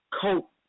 cope